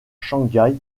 shanghai